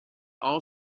all